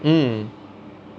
mm